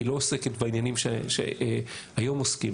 היא לא עוסקת בעניינים שבהם עוסקים היום,